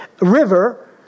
river